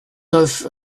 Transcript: neuf